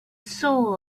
soul